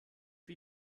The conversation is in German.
wie